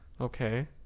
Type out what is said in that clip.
Okay